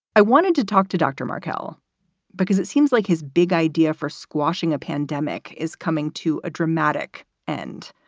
i wanted to talk to dr. markelle because it seems like his big idea for squashing a pandemic is coming to a dramatic end.